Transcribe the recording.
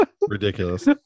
ridiculous